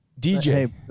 DJ